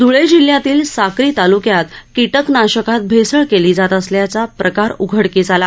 धूळे जिल्ह्यातील साक्री तालुक्यात किटकनाशकात भेसळ केली जात असल्याचा प्रकार उघडकीस आला